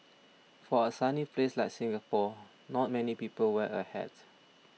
for a sunny place like Singapore not many people wear a hat